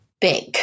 big